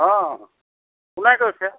অঁ কোনে কৈছে